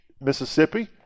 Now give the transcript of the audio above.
Mississippi